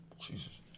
Jesus